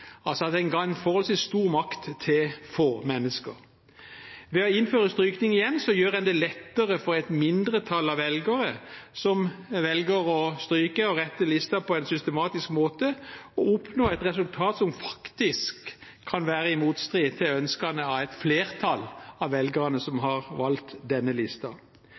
altså at en ga en forholdsvis stor makt til få mennesker. Ved å innføre strykning igjen gjør en det lettere for et mindretall av velgere som velger å stryke og rette lister på en systematisk måte, å oppnå et resultat som faktisk kan være i motstrid til ønskene til et flertall av velgerne som har valgt denne